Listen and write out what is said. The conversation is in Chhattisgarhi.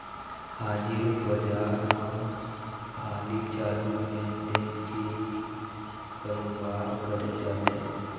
हाजिर बजार म खाली चालू लेन देन के ही करोबार करे जाथे